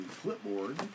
clipboard